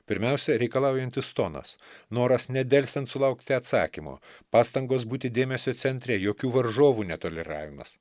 pirmiausia reikalaujantis tonas noras nedelsiant sulaukti atsakymo pastangos būti dėmesio centre jokių varžovų netoleravimas